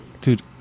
Dude